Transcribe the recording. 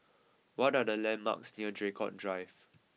what are the landmarks near Draycott Drive